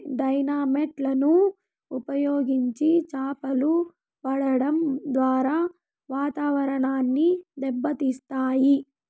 dynamite లను ఉపయోగించి చాపలు పట్టడం ద్వారా వాతావరణాన్ని దెబ్బ తీస్తాయి